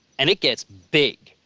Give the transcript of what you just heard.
and it gets big.